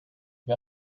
wir